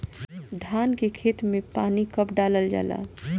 धान के खेत मे पानी कब डालल जा ला?